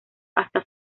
hasta